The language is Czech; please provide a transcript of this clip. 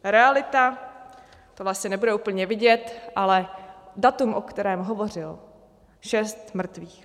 Realita to asi nebude úplně vidět ale datum, o kterém hovořil šest mrtvých.